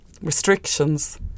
restrictions